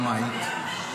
נו, בכמה היית?